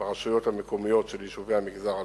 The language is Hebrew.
ברשויות המקומיות של יישובי המגזר הלא-יהודי,